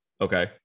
Okay